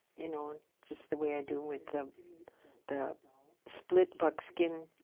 you know, just the way i do with the the split buckskin